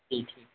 ठीक ठीक